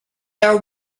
are